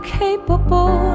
capable